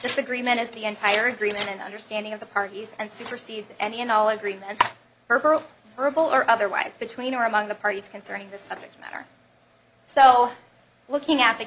this agreement is the entire agreement and understanding of the parties and supersedes any and all agreements verbal or otherwise between or among the parties concerning this subject matter so looking at the